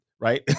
Right